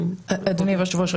אדוני היושב ראש,